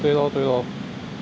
对 lor 对 lor